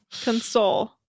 Console